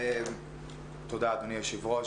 תודה, אדוני היושב-ראש.